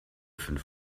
fünf